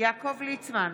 יעקב ליצמן,